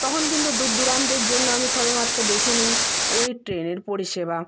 তখন কিন্তু দূর দূরান্তের জন্য আমি সবেমাত্র বেছে নিই ওই ট্রেনের পরিষেবা